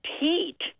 heat